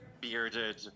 bearded